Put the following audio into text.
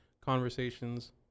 Conversations